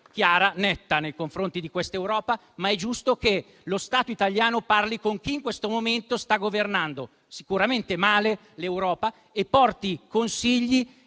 chiara e netta nei confronti di questa Europa, è giustissimo che lo Stato italiano parli con chi in questo momento sta governando - sicuramente male - l'Europa e dia buoni consigli,